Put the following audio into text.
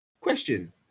question